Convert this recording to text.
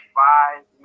five